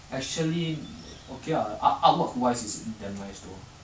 actually okay ah art artwork wise is damn nice though